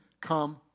come